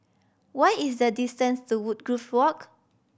what is the distance to Woodgrove Walk